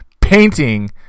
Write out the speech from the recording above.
painting